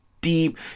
deep